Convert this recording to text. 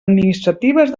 administratives